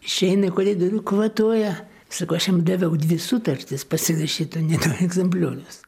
išeina į koridorių kvatoja sako aš jam daviau dvi sutartis pasirašyt o ne du egzempliorius